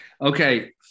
Okay